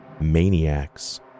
maniacs